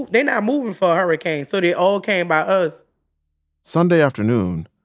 they not moving for a hurricane. so they all came by us sunday afternoon,